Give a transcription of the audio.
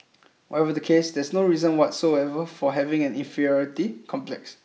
whatever the case there's no reason whatsoever for having an inferiority complex